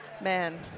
man